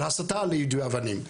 על הסתה ליידויי אבנים,